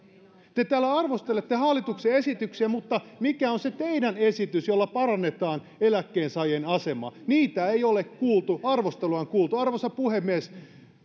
te täällä arvostelette hallituksen esityksiä mutta mikä on se teidän esityksenne jolla parannetaan eläkkeensaajien asemaa niitä ei ole kuultu arvostelua on kuultu arvoisa puhemies